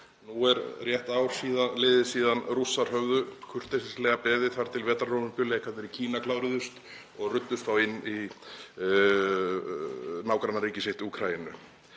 Nú er rétt ár liðið síðan Rússar höfðu kurteislega beðið þar til vetrarólympíuleikarnir í Kína kláruðust og ruddust þá inn í nágrannaríki sitt, Úkraínu.